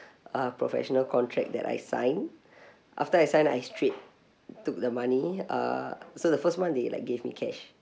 uh professional contract that I signed after I sign I straight took the money uh so the first month they like gave me cash